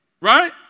Right